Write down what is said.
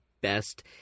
best